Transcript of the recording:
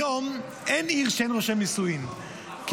היום אין עיר שאין בה רושם נישואין כי